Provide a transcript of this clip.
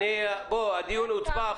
בוא, הדיון הוצבע.